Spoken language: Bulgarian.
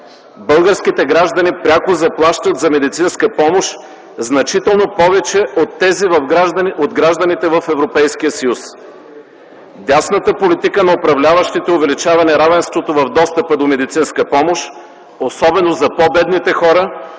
Българските граждани пряко заплащат за медицинска помощ значително повече от гражданите в Европейския съюз. Дясната политика на управляващите увеличава неравенството в достъпа до медицинска помощ, особено за по-бедните хора